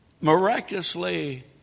miraculously